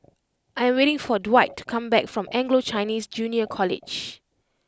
I'm waiting for Dwight to come back from Anglo Chinese Junior College